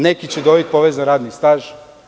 Neki će dobiti povezan radni staž.